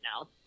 now